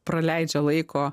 praleidžia laiko